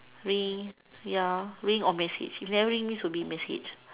ring ya ring or message if never ring means will be message